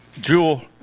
Jewel